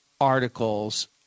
articles